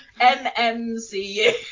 MMCU